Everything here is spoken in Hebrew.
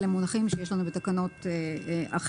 אלה מונחים שיש לנו בתקנות אחרות,